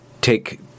take